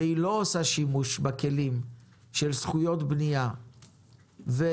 אך היא לא עושה שימוש בכלים של זכויות בנייה וקרקע.